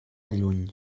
lluny